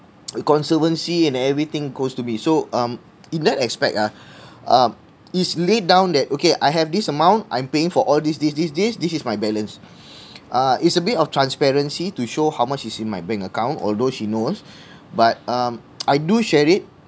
aircon service fee and everything goes to me so um in that aspect ah it's laid down that okay I have this amount I'm paying for all these these these these this is my balance uh it's a bit of transparency to show how much is in my bank account although she knows but um I do share it